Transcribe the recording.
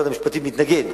משרד המשפטים מתנגד,